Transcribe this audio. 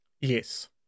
Yes